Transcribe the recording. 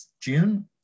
June